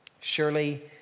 Surely